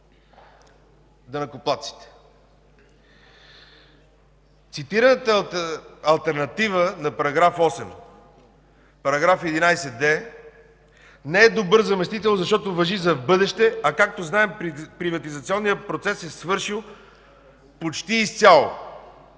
данъкоплатците. Цитираната алтернатива на § 8 –§ 11д, не е добър заместител, защото важи за в бъдеще, а, както знаем, приватизационният процес е свършил почти изцяло!